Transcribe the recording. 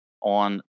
on